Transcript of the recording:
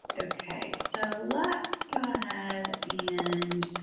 okay, so let's go ahead and.